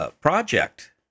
project